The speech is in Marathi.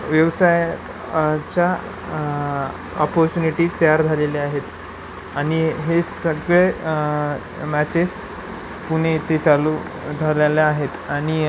व्यवसायात च्या अपॉर्च्युनिटीज तयार झालेल्या आहेत आणि हे सगळे मॅचेस पुणे इथे चालू झालेल्या आहेत आणि